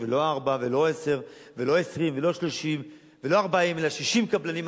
ולא עשרה ולא 20 ולא 30 אלא 60 קבלנים,